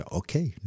okay